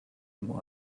and